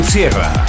Sierra